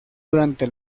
durante